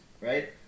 right